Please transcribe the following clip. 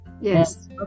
yes